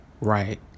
Right